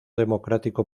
democrático